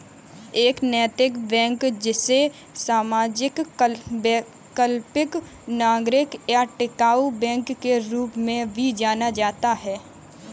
एक नैतिक बैंक जिसे सामाजिक वैकल्पिक नागरिक या टिकाऊ बैंक के रूप में भी जाना जाता है